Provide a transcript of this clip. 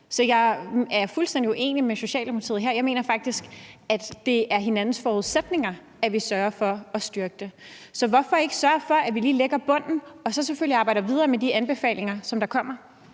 så jeg er fuldstændig uenig med Socialdemokratiet her. Jeg mener faktisk, at det er hinandens forudsætninger, at vi sørger for at styrke det. Så hvorfor ikke sørge for, at vi lige lægger bunden og så selvfølgelig arbejder videre med de anbefalinger, som kommer?